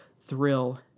thrill